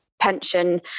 pension